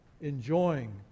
enjoying